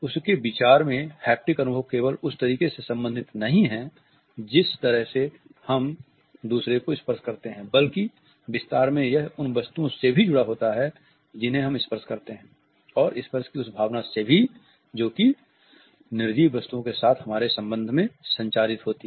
उसके विचार में हैप्टिक अनुभव केवल उस तरीके से संबंधित नहीं है जिस तरह से हम एक दूसरे को स्पर्श करते हैं बल्कि विस्तार में यह उन वस्तुओं से भी जुड़ा होता है जिन्हें हम स्पर्श करते हैं और स्पर्श की उस भावना से भी जो कि निर्जीव वस्तुओं के साथ हमारे संबंध में संचारित होती है